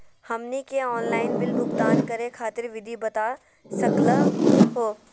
हमनी के online bill भुगतान करे खातीर विधि बता सकलघ हो?